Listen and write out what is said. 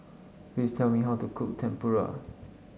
please tell me how to cook Tempura